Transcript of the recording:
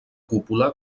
cúpula